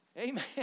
amen